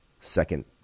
second